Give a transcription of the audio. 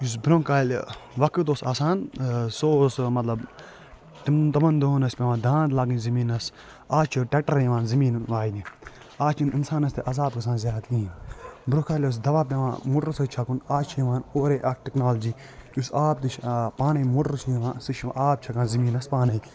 یُس برٛونٛہہ کالہِ وقت اوس آسان سُہ اوس مطلب تِمن دۄہن ٲسۍ پٮ۪وان دانٛد لاگٕنۍ زٔمیٖنس آز چھُ ٹٮ۪کٹر یِوان زمیٖنن وایِنہِ آز چھُنہٕ اِنسانس تہِ عزاب گَژھان زادٕ کِہیٖنۍ برٛونٛہہ کالہِ اوس دَوا پٮ۪وان مۄٹرٕ سۭتۍ چھَکُن آز چھُ یِوان اورے اکھ ٹِکنالجی یُس آب تہِ چھُ آنان پانَے مۄٹرس سُہ چھُنہٕ آب چھَکان زمیٖنس پانَے